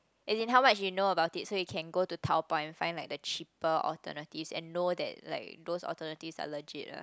as in how much you know about it so you can go to Taobao and find like the cheaper alternatives and know that like those alternatives are legit ah